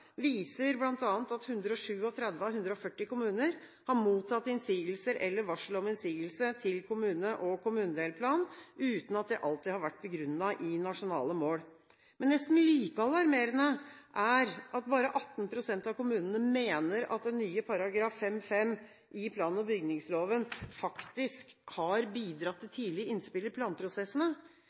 viser bl.a. at 137 av 140 kommuner har mottatt innsigelser eller varsel om innsigelse til kommune- og kommunedelplan uten at det alltid har vært begrunnet i nasjonale mål. Men nesten like alarmerende er det at bare 18 pst. av kommunene mener at den nye § 5-5 i plan- og bygningsloven faktisk har bidratt til tidlige innspill i planprosessene.